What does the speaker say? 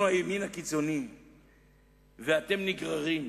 אנחנו הימין הקיצוני ואתם נגררים,